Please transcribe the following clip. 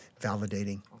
validating